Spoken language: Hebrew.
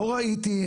לא ראיתי,